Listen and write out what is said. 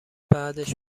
بعدش